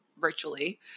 virtually